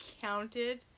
counted